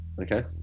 Okay